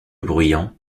bruyant